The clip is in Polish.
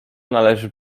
należy